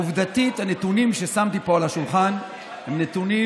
עובדתית, הנתונים ששמתי פה על השולחן הם נתונים